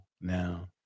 now